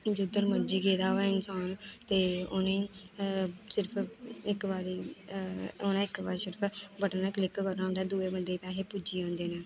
जिद्धर मर्जी गेदा होऐ इंसान ते उ'नेंगी सिर्फ इक बारी सिर्फ उ'नें इक बारी सिर्फ बटन गै क्लिक करना होंदा ऐ दूए बंदे गी पैहे पुज्जी जंदे न